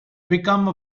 become